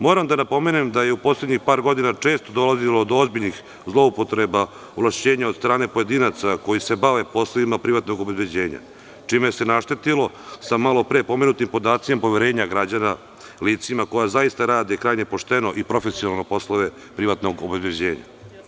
Moram da napomenem da je u poslednjim par godina često dolazilo do ozbiljnih zloupotreba ovlašćenja od strane pojedinaca koji se bave poslovima privatnog obezbeđenja, čime se naštetilo, sa malopre pomenutim podacima poverenja građana, licima koja rade krajnje pošteno i profesionalno poslove privatnog obezbeđenja.